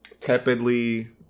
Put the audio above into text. tepidly